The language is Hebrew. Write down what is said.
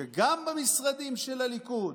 שגם במשרדים של הליכוד,